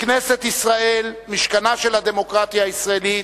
לכנסת ישראל, משכנה של הדמוקרטיה הישראלית,